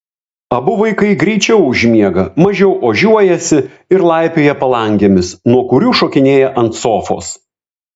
abu vaikai greičiau užmiega mažiau ožiuojasi ir laipioja palangėmis nuo kurių šokinėja ant sofos